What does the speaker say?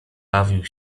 bawił